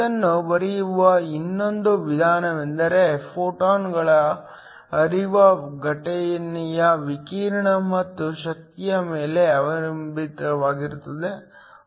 ಇದನ್ನು ಬರೆಯುವ ಇನ್ನೊಂದು ವಿಧಾನವೆಂದರೆ ಫೋಟಾನ್ಗಳ ಹರಿವು ಘಟನೆಯ ವಿಕಿರಣ ಮತ್ತು ಶಕ್ತಿಯ ಮೇಲೆ ಅವಲಂಬಿತವಾಗಿರುತ್ತದೆ